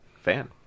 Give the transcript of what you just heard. fan